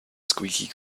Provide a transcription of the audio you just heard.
squeaky